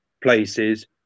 places